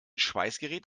schweißgerät